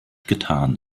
getan